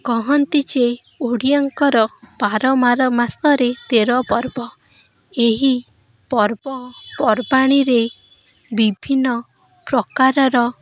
କହନ୍ତି ଯେ ଓଡ଼ିଆଙ୍କର ବାରମାର ମାସରେ ତେର ପର୍ବ ଏହି ପର୍ବପର୍ବାଣିରେ ବିଭିନ୍ନ ପ୍ରକାରର